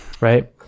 right